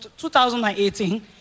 2018